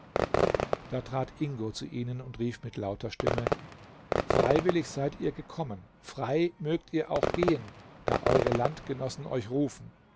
da trat ingo zu ihnen und rief mit lauter stimme freiwillig seid ihr gekommen frei mögt ihr auch gehen da eure landgenossen euch rufen